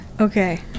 Okay